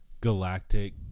Galactic